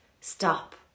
stop